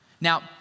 Now